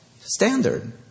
standard